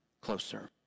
closer